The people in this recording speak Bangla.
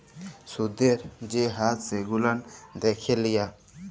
সুদের যে হার সেগুলান দ্যাখে লিয়া